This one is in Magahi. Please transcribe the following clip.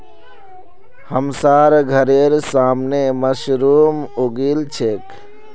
हमसार घरेर सामने मशरूम उगील छेक